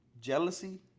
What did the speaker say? jealousy